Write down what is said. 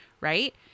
right